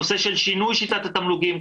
נושא של שינוי שיטת התמלוגים.